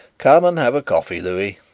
come and have a coffee, louis,